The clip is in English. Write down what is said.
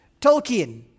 Tolkien